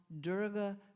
Durga